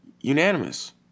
unanimous